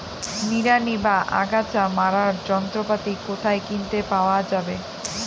নিড়ানি বা আগাছা মারার যন্ত্রপাতি কোথায় কিনতে পাওয়া যাবে?